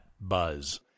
buzz